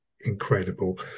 incredible